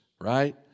right